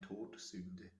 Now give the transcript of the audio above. todsünde